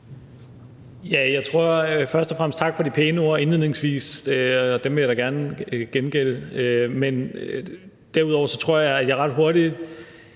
Stoklund (S): Først og fremmest tak for de pæne ord indledningsvis, og dem vil jeg da gerne gengælde, men derudover tror jeg, at jeg ret hurtigt